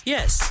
Yes